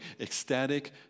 ecstatic